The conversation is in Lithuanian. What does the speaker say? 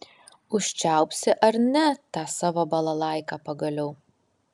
užčiaupsi ar ne tą savo balalaiką pagaliau